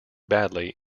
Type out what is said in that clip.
badly